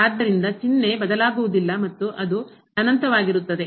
ಆದ್ದರಿಂದ ಚಿಹ್ನೆ ಬದಲಾಗುವುದಿಲ್ಲ ಮತ್ತು ಅದು ಅನಂತವಾಗಿರುತ್ತದೆ